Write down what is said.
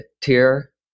tier